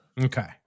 Okay